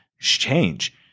change